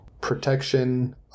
protection